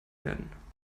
werden